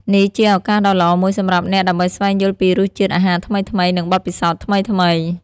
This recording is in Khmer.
នេះជាឱកាសដ៏ល្អមួយសម្រាប់អ្នកដើម្បីស្វែងយល់ពីរសជាតិអាហារថ្មីៗនិងបទពិសោធន៍ថ្មីៗ។